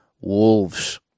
wolves